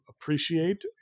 appreciate